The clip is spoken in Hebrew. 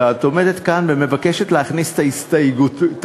ואת עומדת כאן ומבקשת להכניס את ההסתייגויות.